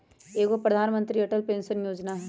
एगो प्रधानमंत्री अटल पेंसन योजना है?